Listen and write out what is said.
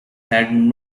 had